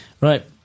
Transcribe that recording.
Right